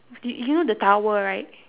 you you know the tower right